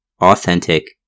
authentic